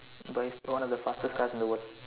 but it's one of the fastest cars in the world